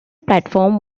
platform